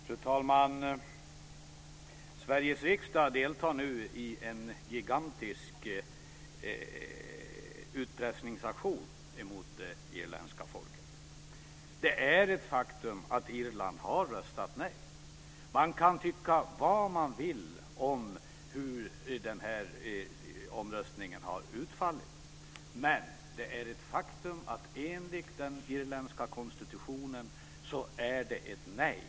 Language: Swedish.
Fru talman! Sveriges riksdag deltar nu i en gigantisk utpressningsaktion mot det irländska folket. Det är ett faktum att Irland har röstat nej. Man kan tycka vad man vill om hur den här omröstningen har utfallit. Men det är ett faktum att det enligt den irländska konstitutionen är ett nej.